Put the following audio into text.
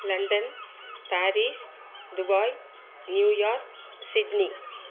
London Paris Dubai New York Sydney